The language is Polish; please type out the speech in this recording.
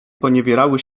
poniewierały